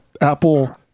Apple